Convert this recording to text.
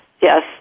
yes